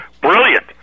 Brilliant